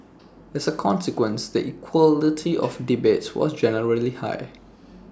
as A consequence the equality of debates was generally high